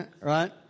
right